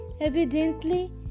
evidently